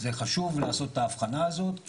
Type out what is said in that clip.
זה חשוב לעשות את ההבחנה הזאת,